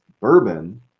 bourbon